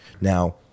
Now